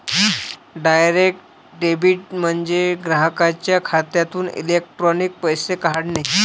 direct debit म्हणजे ग्राहकाच्या खात्यातून इलेक्ट्रॉनिक पैसे काढणे